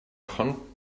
contempt